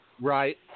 Right